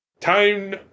Time